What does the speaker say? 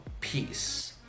Peace